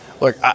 Look